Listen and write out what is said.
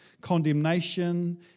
condemnation